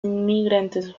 inmigrantes